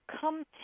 come